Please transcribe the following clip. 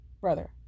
brother